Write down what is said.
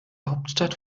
hauptstadt